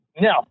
no